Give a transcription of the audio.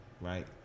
right